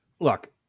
Look